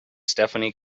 stephanie